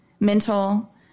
mental